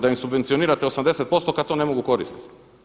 Da im subvencionirate 80% kad to ne mogu koristiti.